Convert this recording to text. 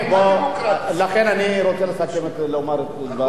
לכן אני רוצה לסכם ולומר את דברי.